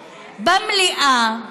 במליאה,